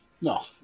No